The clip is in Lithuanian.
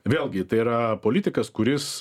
vėlgi tai yra politikas kuris